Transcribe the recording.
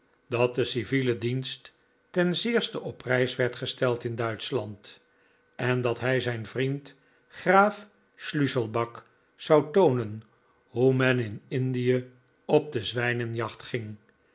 dat de civiele dienst ten zeerste op prijs werd gesteld in duitschland en dat hij zijn vriend graaf schliisselback zou toonen hoe men in indie op de zwijnenjacht ging